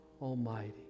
Almighty